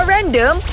Random